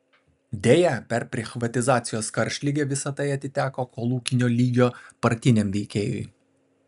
deja per prichvatizacijos karštligę visa tai atiteko kolūkinio lygio partiniam veikėjui